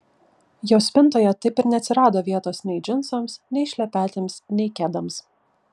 jos spintoje taip ir neatsirado vietos nei džinsams nei šlepetėms nei kedams